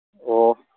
ꯑꯣ